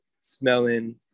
smelling